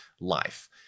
life